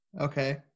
Okay